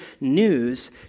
news